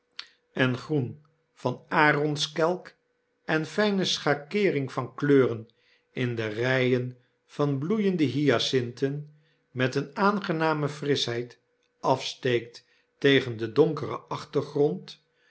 en groen van de aronskelk en de fijne schakeering van kleuren inde ryen van bloeiende hyacinten met een aangename frischheid afsteekt tegen den donkeren achtergrond